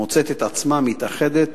מוצאת עצמה מתאחדת,